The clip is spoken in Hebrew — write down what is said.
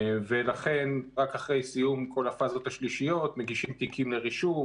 ולכן רק אחרי סיום כל הפזות השלישיות מגישים תיקים לרישום,